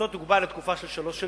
כהונתו תוגבל לתקופה של שלוש שנים,